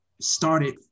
started